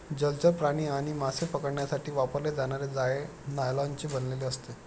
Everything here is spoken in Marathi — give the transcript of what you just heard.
जलचर प्राणी आणि मासे पकडण्यासाठी वापरले जाणारे जाळे नायलॉनचे बनलेले असते